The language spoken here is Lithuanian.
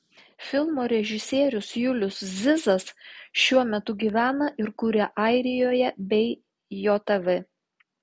filmo režisierius julius zizas šiuo metu gyvena ir kuria airijoje bei jav